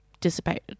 dissipated